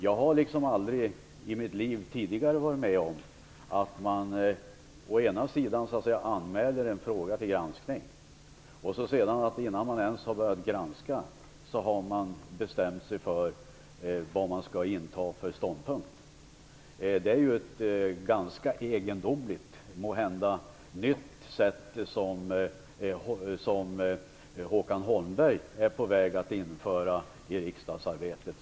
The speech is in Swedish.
Jag har aldrig tidigare i mitt liv varit med om att man anmäler en fråga till granskning och att man innan granskningen ens har börjat har bestämt sig för vilken ståndpunkt man skall inta. Det är ett ganska egendomligt, måhända nytt sätt som Håkan Holmberg är på väg att införa i riksdagsarbetet.